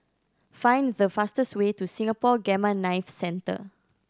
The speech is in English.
find the fastest way to Singapore Gamma Knife Centre